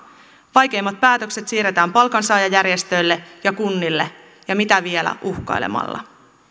vaikeimmat päätökset siirretään palkansaajajärjestöille ja kunnille ja mitä vielä uhkailemalla